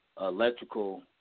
electrical